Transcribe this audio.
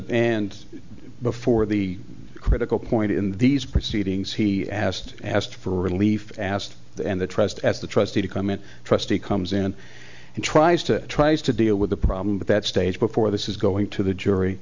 and before the critical point in these proceedings he asked asked for relief asked and the trust as the trustee to come in trustee comes in and tries to tries to deal with the problem but that stage before this is going to the jury